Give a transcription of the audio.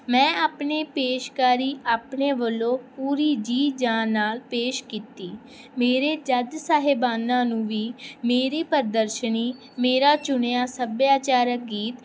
ਮੈਂ ਆਪਣੀ ਪੇਸ਼ਕਾਰੀ ਆਪਣੇ ਵੱਲੋਂ ਪੂਰੀ ਜੀਅ ਜਾਨ ਨਾਲ ਪੇਸ਼ ਕੀਤੀ ਮੇਰੇ ਜੱਜ ਸਾਹਿਬਾਨਾਂ ਨੂੰ ਵੀ ਮੇਰੀ ਪ੍ਰਦਰਸ਼ਨੀ ਮੇਰਾ ਚੁਣਿਆ ਸੱਭਿਆਚਾਰਕ ਗੀਤ